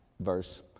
verse